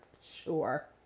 Sure